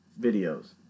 videos